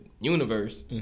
universe